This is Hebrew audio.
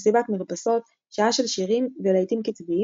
מסיבת מרפסות שעה של שירים ולהיטים קצביים